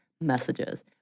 messages